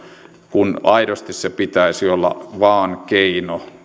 kun aidosti sen pitäisi olla vain keino